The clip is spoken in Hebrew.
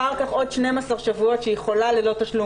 אחר כך עוד 12 שבועות שהיא יכולה ללא תשלום